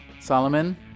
Solomon